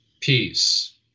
peace